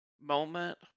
moment